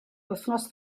wythnos